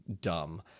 dumb